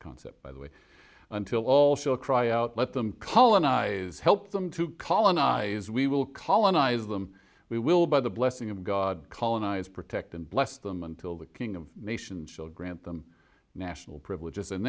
concept by the way until all shall cry out let them colonize help them to colonize we will colonize them we will by the blessing of god colonize protect and bless them until the king of nations shall grant them national privileges and